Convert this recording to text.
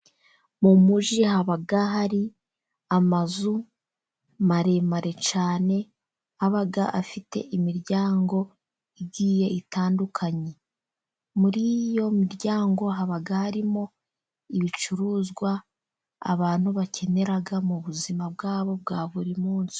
Mu mujyi haba hari amazu maremare cyane, aba afite imiryango igiye itandukanye. Muri iyo miryango, haba harimo ibicuruzwa abantu bakenera mu buzima bwabo bwa buri munsi.